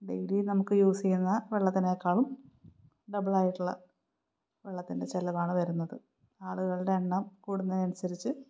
daily നമുക്ക് use ചെയ്യുന്ന വെള്ളത്തിനെക്കാളും ഡബിളായിട്ടുള്ള വെള്ളത്തിൻ്റെ ചെലവാണ് വരുന്നത് ആളുകളുടെ എണ്ണം കൂടുന്നതിനനുസരിച്ച്